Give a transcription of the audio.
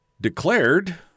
declared